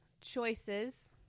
choices